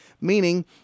meaning